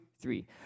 three